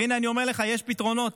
הינה, אני אומר לך, יש פתרונות.